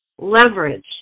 Leverage